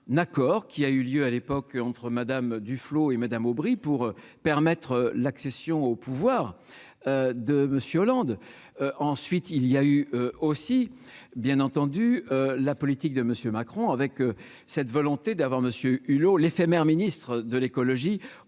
qui a eu lieu à l'époque entre Madame Duflot et Madame Aubry pour permettre l'accession au pouvoir de Monsieur Hollande, ensuite il y a eu aussi, bien entendu, la politique de monsieur Macron, avec cette volonté d'avoir monsieur Hulot l'éphémère ministre de l'écologie